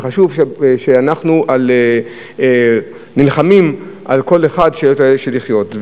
שאנחנו נלחמים על כל אחד שרוצה לחיות.